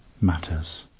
matters